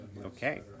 Okay